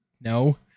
No